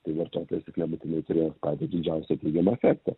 tai vartotojas juk nebūtinai turės patį didžiausią teigiamą efektą